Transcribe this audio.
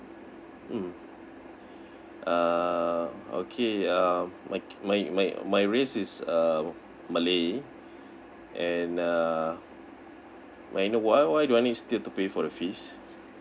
mm uh okay um my my my my race is err malay and uh may I know why why don I still to pay for the fees